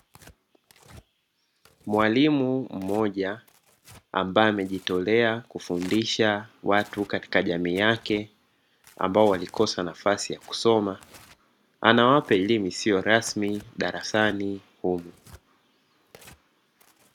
Mwalimu mmoja ambaye amejitolea kufundisha watu katika jamii yake, ambao walikosa nafasi ya kusoma, anawapa elimu isiyo rasmi darasani humo.